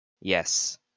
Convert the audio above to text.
Yes